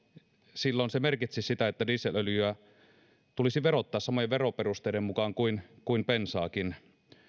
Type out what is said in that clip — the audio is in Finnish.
silloin se merkitsisi sitä että dieselöljyä tulisi verottaa samojen veroperusteiden mukaan kuin kuin bensaakin